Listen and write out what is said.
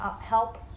help